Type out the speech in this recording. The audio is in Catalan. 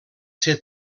ser